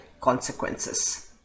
consequences